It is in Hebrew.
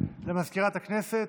למזכירת הכנסת,